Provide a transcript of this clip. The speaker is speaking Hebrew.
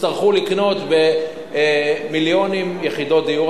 יצטרכו לקנות במיליונים יחידות דיור.